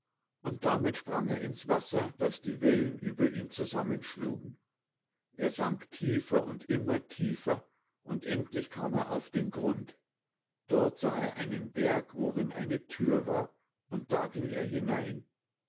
und damit sprang er ins wasser daß die wellen über ihn zusammenschlugen er sank tiefer und immer tiefer und endlich kam er auf den grund dort sah er einen berg worin eine thür war und da ging er hinein